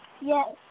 Yes